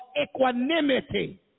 equanimity